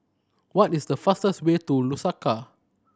what is the fastest way to Lusaka